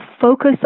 focus